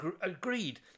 agreed